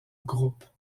groupes